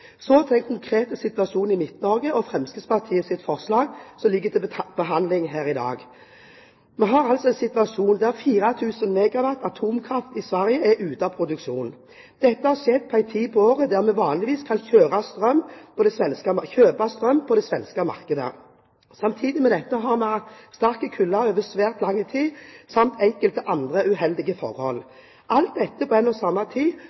Så til den konkrete situasjonen i Midt-Norge og Fremskrittspartiets forslag som ligger til behandling her i dag. Vi har altså en situasjon der 4 000 MW atomkraft i Sverige er ute av produksjon. Dette har skjedd på en tid på året der vi vanligvis kan kjøpe strøm på det svenske markedet. Samtidig med dette har vi hatt sterk kulde over svært lang tid samt enkelte andre uheldige forhold. Alt dette på én og samme tid